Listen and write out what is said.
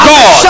God